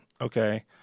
okay